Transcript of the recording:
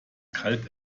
kalt